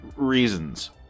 reasons